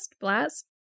Blast